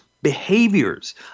Behaviors